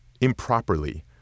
improperly